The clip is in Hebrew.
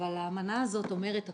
אבל האמנה הזאת אומרת הכול.